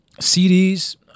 CDs